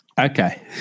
Okay